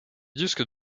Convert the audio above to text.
disques